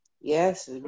Yes